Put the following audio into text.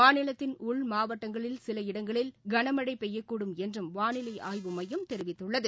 மாநிலத்தின் உள்மாவட்டங்களில் சில இடங்களில் கனமழைபெய்யக்கூடும் என்றும் வாளிலைஆய்வு மையம் தெரிவித்துள்ளது